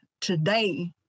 today